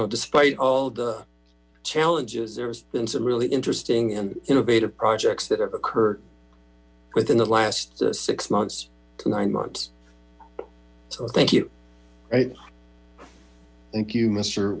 know despite all the challenges there has been some really interesting and innovative projects that have occurred within the last six months to nine months so thank you thank you mister